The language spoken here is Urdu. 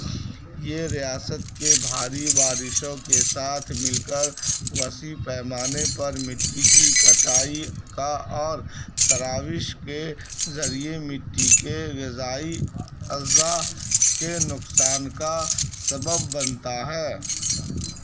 یہ ریاست کے بھاری بارشوں کے ساتھ مل کر وسیع پیمانے پر مٹی کی کٹائی کا اور تراوش کے ذریعے مٹی کے غذائی اجزا کے نقصان کا سبب بنتا ہے